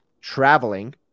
traveling